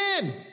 again